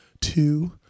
Two